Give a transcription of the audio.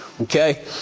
Okay